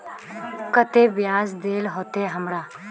केते बियाज देल होते हमरा?